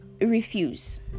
refuse